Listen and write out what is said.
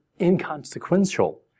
inconsequential